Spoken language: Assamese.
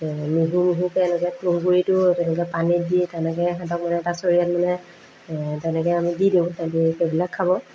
মিহি মিহিকৈ এনেকৈ তুঁহগুড়িটো তেনেকৈ পানীত দি তেনেকৈ সিহঁতক মানে এটা চৰিয়াত মানে তেনেকৈ আমি দি দিওঁ সিহঁতি সেইবিলাক খাব